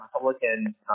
Republican